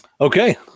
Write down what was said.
Okay